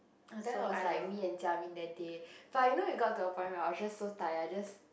oh that was like me and Jia Min that day but you know you got to a point right I was just so tired I just